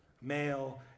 male